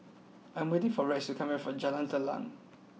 I am waiting for Rex to come back from Jalan Telang